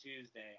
Tuesday